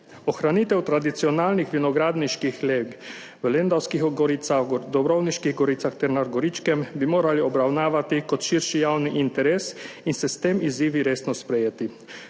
Ohranitev tradicionalnih vinogradniških leg v Lendavskih Goricah, Dobrovniških goricah ter na Goričkem bi morali obravnavati kot širši javni interes in se s temi izzivi resno spoprijeti.